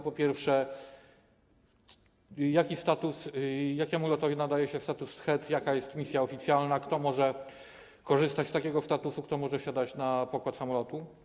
Po pierwsze, jakiemu lotowi nadaje się status HEAD, jaka jest misja oficjalna, kto może korzystać z takiego statusu, kto może wsiadać na pokład samolotu.